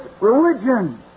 religion